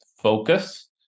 focus